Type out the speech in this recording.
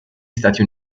stati